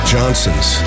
Johnson's